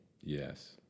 Yes